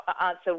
answer